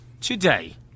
today